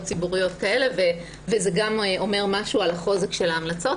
ציבוריות כאלה וזה גם אומר משהו על החוזק של ההמלצות.